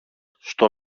στο